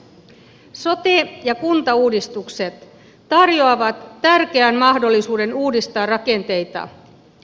sote ja kuntauudistukset tarjoavat tärkeän mahdollisuuden uudistaa rakenteita